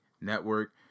Network